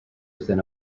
within